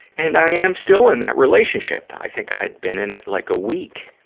and i am still in that relationship. i think i'd been in it like a week,